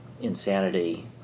insanity